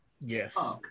Yes